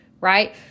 Right